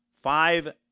five